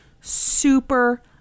super